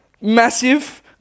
massive